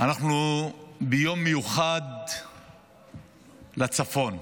אנחנו ביום מיוחד לצפון.